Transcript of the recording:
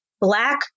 black